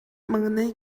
маҥнай